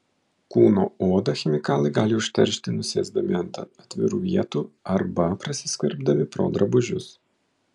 kūno odą chemikalai gali užteršti nusėsdami ant atvirų vietų arba prasiskverbdami pro drabužius